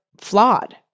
flawed